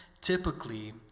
typically